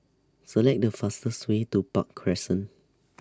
Select The fastest Way to Park Crescent